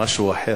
למשהו אחר.